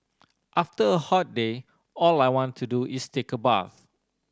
after a hot day all I want to do is take a bath